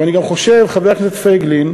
אני גם חושב, חבר הכנסת פייגלין,